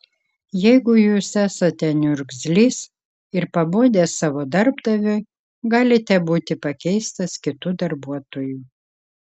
jeigu jūs esate niurgzlys ir pabodęs savo darbdaviui galite būti pakeistas kitu darbuotoju